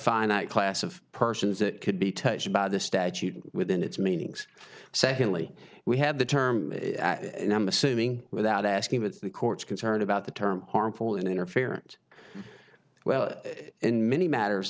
finite class of persons that could be touched by the statute within its meanings secondly we have the term and i'm assuming without asking that the court's concerned about the term harmful interference well in many matters